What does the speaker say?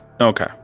Okay